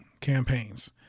campaigns